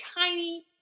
tiny